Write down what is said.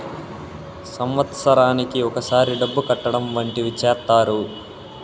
సంవత్సరానికి ఒకసారి డబ్బు కట్టడం వంటివి చేత్తారు